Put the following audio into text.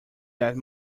that